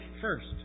first